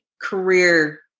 career